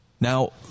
Now